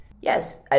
Yes